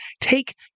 take